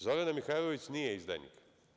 Zorana Mihajlović nije izdajnik.